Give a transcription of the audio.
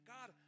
God